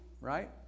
right